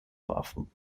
waffen